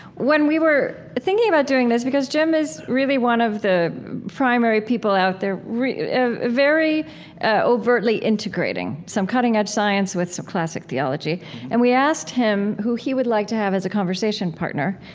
when we were thinking about doing this because jim is really one of the primary people out there, and very overtly integrating some cutting edge science with some classic theology and we asked him who he would like to have as a conversation partner,